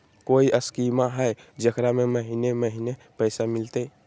कोइ स्कीमा हय, जेकरा में महीने महीने पैसा मिलते?